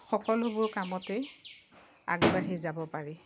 সকলোবোৰ কামতেই আগবাঢ়ি যাব পাৰি